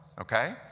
okay